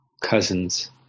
cousins